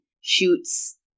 shoots